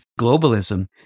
globalism